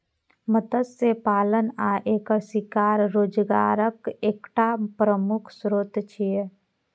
मत्स्य पालन आ एकर शिकार रोजगारक एकटा प्रमुख स्रोत छियै